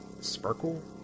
Sparkle